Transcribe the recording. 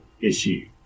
issue